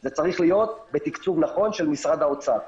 זה צריך להיות בתקצוב נכון של משרד האוצר.